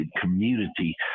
community